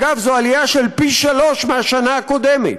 אגב, זו עלייה של פי שלושה מהשנה הקודמת.